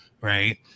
Right